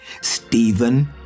Stephen